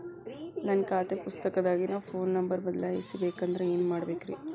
ನನ್ನ ಖಾತೆ ಪುಸ್ತಕದಾಗಿನ ಫೋನ್ ನಂಬರ್ ಬದಲಾಯಿಸ ಬೇಕಂದ್ರ ಏನ್ ಮಾಡ ಬೇಕ್ರಿ?